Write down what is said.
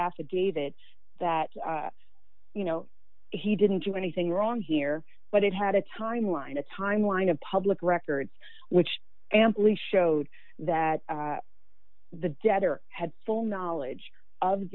affidavit that you know he didn't do anything wrong here but it had a timeline a timeline of public records which amply showed that the debtor had full knowledge of